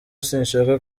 sinshaka